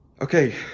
Okay